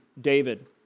David